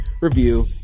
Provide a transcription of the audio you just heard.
review